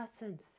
lessons